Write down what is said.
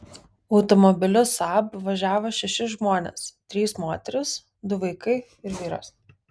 automobiliu saab važiavo šeši žmonės trys moterys du vaikai ir vyras